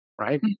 right